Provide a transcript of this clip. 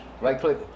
Right-click